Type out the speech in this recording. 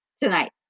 tonight